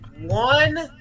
one